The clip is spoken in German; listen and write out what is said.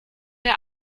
der